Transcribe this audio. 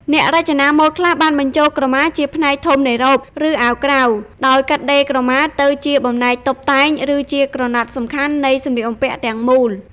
អ្នករចនាម៉ូដខ្លះបានបញ្ចូលក្រមាជាផ្នែកធំនៃរ៉ូប ឬអាវក្រៅ ដោយកាត់ដេរក្រមាទៅជាបំណែកតុបតែង ឬជាក្រណាត់សំខាន់នៃសម្លៀកបំពាក់ទាំងមូល។